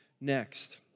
next